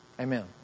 Amen